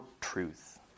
truth